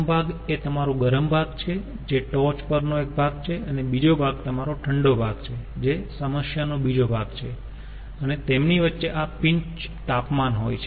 પ્રથમ ભાગ એ તમારો ગરમ ભાગ છે જે ટોચ પરનો એક ભાગ છે અને બીજો ભાગ તમારો ઠંડો ભાગ છે જે સમસ્યાનો બીજો ભાગ છે અને તેમની વચ્ચે ત્યાં પિન્ચ તાપમાન હોય છે